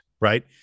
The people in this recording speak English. right